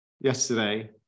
yesterday